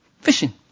fishing